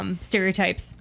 stereotypes